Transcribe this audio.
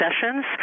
sessions